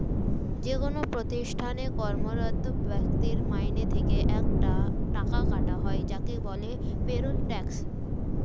যেকোন প্রতিষ্ঠানে কর্মরত ব্যক্তির মাইনে থেকে একটা টাকা কাটা হয় যাকে বলে পেরোল ট্যাক্স